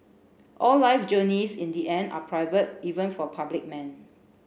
all life journeys in the end are private even for public men